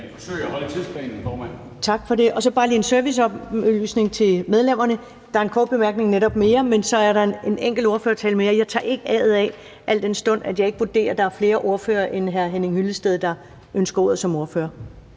Tak for det. Og så har jeg bare lige en serviceoplysning til medlemmerne. Der er en kort bemærkning mere, men så er der også en enkelt ordførertale mere. Jeg tager ikke A'et af, al den stund jeg vurderer, at der ikke er flere end hr. Henning Hyllested, der ønsker ordet som ordfører.